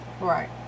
Right